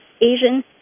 Asian